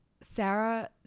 Sarah